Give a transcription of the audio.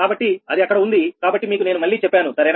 కాబట్టి అది అక్కడ ఉంది కాబట్టి మీకు నేను మళ్లీ చెప్పాను సరేనా